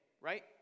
right